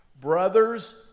Brothers